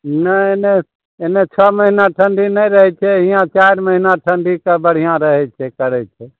नहि नहि एने छओ महीना ठंडी नहि रहै छै हियाँ चारि महीना ठंडी सब बढिऑं रहै छै करै छै